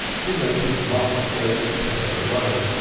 denoted market day in petticoat lane,